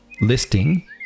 listing